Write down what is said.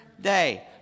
day